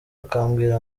akambwira